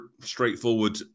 straightforward